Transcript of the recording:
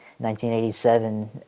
1987